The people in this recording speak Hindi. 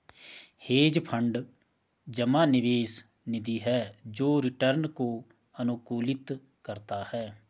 हेज फंड जमा निवेश निधि है जो रिटर्न को अनुकूलित करता है